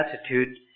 attitude